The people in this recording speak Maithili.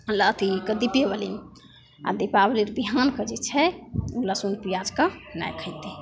ला अथी दीपेवली आओर दीपावलीके बिहानके जे छै ओ लहसुन पिआजके नहि खएतै